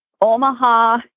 Omaha